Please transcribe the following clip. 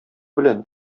белән